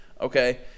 okay